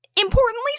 importantly